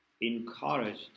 encouraged